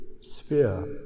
sphere